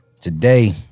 Today